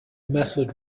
method